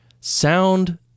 Sound